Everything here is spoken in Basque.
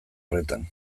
horretan